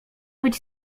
być